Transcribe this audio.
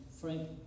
Frank